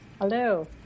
Hello